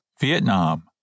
Vietnam